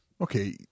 Okay